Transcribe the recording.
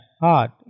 heart